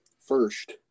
first